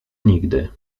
nigdy